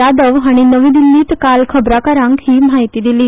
यादव हाणी नवी दिछीत काल खबराकारांक ही म्हयाती दिली